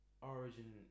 Origin